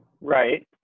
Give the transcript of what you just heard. Right